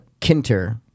Kinter